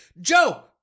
Joe